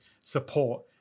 support